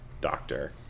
doctor